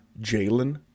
Jalen